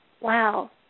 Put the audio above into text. wow